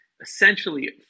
essentially